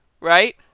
right